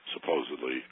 supposedly